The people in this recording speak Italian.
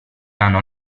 hanno